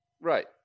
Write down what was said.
Right